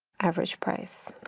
average price.